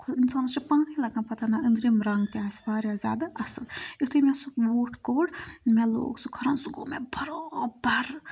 اِنسانَس چھُ پانٕے لَگان پَتہ نہ أنٛدرِم رنٛگ تہِ آسہِ واریاہ زیادٕ اَصٕل یُتھُے مےٚ سُہ بوٗٹھ کوٚڑ مےٚ لوگ سُہ کھۄرَن سُہ گوٚو مےٚ بَرابَر